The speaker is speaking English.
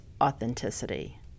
authenticity